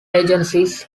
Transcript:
agencies